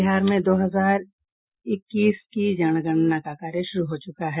बिहार में दो हजार इक्कीस की जनगणना का कार्य शुरू हो चुका है